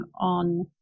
on